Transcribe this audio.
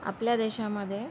आपल्या देशामध्ये